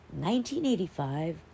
1985